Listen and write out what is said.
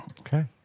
Okay